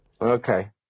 Okay